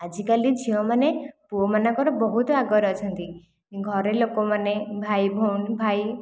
ଆଜିକାଲି ଝିଅମାନେ ପୁଅମାନଙ୍କର ବହୁତ ଆଗରେ ଅଛନ୍ତି ଘରେ ଲୋକମାନେ ଭାଇଭଉଣୀ ଭାଇ